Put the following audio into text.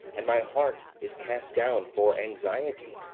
and my heart is cast down for anxiety